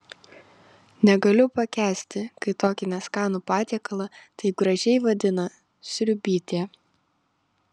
negaliu pakęsti kai tokį neskanų patiekalą taip gražiai vadina sriubytė